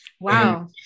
Wow